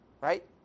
right